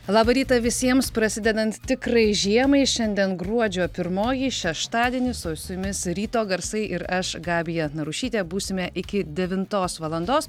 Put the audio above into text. labą rytą visiems prasidedant tikrajai žiemai šiandien gruodžio pirmoji šeštadienis o su jumis ryto garsai ir aš gabija narušytė būsime iki devintos valandos